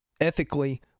ethically